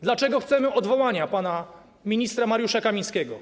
Dlaczego chcemy odwołania pana ministra Mariusza Kamińskiego?